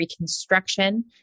reconstruction